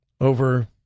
over